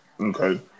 Okay